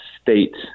state